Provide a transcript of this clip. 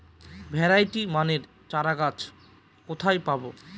Variety মানের চারাগাছ কোথায় পাবো?